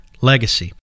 Legacy